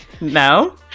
No